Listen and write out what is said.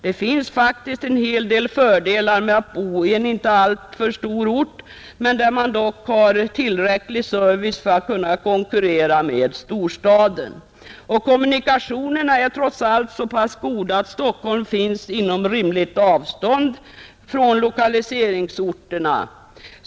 Det finns faktiskt en hel del fördelar med att bo i en inte alltför stor ort, men som dock har tillräcklig service för att konkurrera med storstaden. Och kommunikationerna är trots allt så pass goda att Stockholm finns inom rimligt avstånd från lokaliseringsorterna.